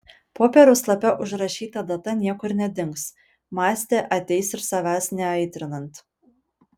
popieriaus lape užrašyta data niekur nedings mąstė ateis ir savęs neaitrinant